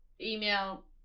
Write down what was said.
email